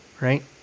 right